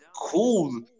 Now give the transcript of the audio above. cool